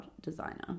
designer